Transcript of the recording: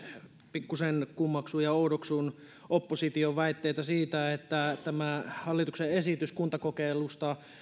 pikkusen kummeksun ja oudoksun opposition väitteitä siitä että tämä hallituksen esitys kuntakokeilusta